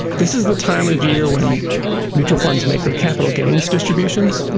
this is the time of year when mutual funds make their capital gains distributions